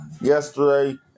yesterday